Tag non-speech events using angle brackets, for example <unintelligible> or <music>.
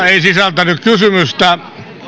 <unintelligible> ei sisältänyt kysymystä